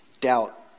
doubt